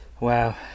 wow